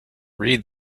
read